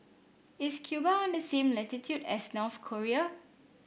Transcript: is Cuba on the same latitude as North Korea